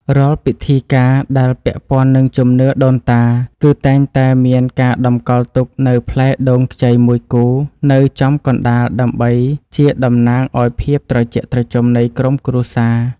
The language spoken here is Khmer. រាល់ពិធីការដែលពាក់ព័ន្ធនឹងជំនឿដូនតា គឺតែងតែមានការតម្កល់ទុកនូវផ្លែដូងខ្ចីមួយគូនៅចំកណ្តាលដើម្បីជាតំណាងឱ្យភាពត្រជាក់ត្រជុំនៃក្រុមគ្រួសារ។